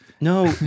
No